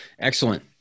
Excellent